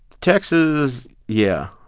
texas yeah,